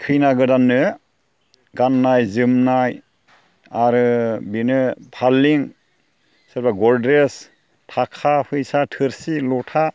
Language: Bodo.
खैना गोदाननो गाननाय जोमनाय आरो बेनो फालें सोरबा गद्रेस थाखा फैसा थोरसि लथा